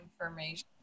information